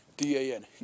D-A-N